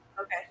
Okay